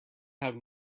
have